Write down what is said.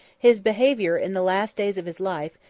his behavior, in the last days of his life,